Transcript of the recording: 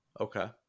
Okay